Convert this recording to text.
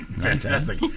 Fantastic